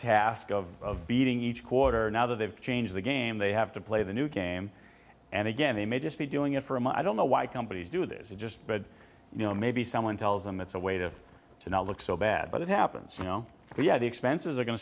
task of beating each quarter now that they've changed the game they have to play the new game and again they may just be doing it for him i don't know why companies do this just but you know maybe someone tells them it's a way to to not look so bad but it happens you know so yeah the expenses are go